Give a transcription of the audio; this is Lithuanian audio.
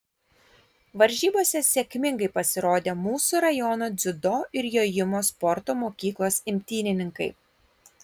varžybose sėkmingai pasirodė mūsų rajono dziudo ir jojimo sporto mokyklos imtynininkai